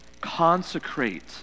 consecrate